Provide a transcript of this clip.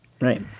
right